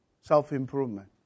Self-improvement